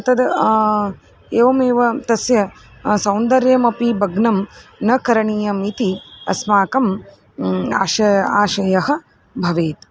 तद् एवमेव तस्य सौन्दर्यमपि भग्नं न करणीयम् इति अस्माकम् आशयः आशयः भवेत्